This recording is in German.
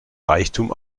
reichtum